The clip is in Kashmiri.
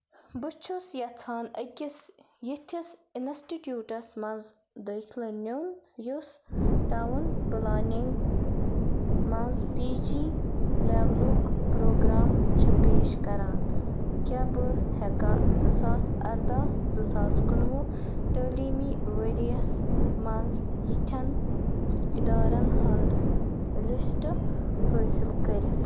بہٕ چھُس یژھان أکِس یِتھِس اِنسٹِٹیوٗٹس مَنٛز داخلہٕ نِیُن یُس ٹاوُن پٕلانِنٛگ مَنٛز پی جی لیولُک پروگرام چھُ پیش کران، کیاہ بہٕ ہیٚکا زٕ ساس اَرٕدہ زٕ ساس کُنہٕ وُہ تعلیٖمی ؤرۍ یَس مَنٛز یِتھٮ۪ن ادارن ہُنٛد لسٹ حٲصِل کٔرِتھ؟